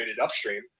upstream